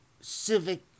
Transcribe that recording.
civic